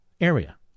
area